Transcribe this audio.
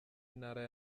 intara